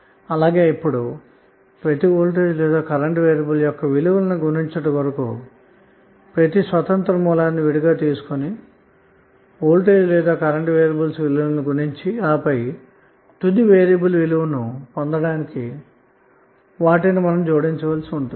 అలాగే ఇప్పుడు ప్రతి వోల్టేజ్ లేదా కరెంట్ వేరియబుల్ యొక్క విలువలను గుణించటం కోసం ప్రతి స్వతంత్రమైన సోర్స్ ని విడిగా తీసుకోని వోల్టేజ్ లేదా కరెంట్ విలువలను కనుగొని ఆపై తుది విలువను పొందటానికి వాటిని జోడిస్తే సరిపోతుంది